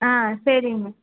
ஆ சரிங்க